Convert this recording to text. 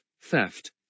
theft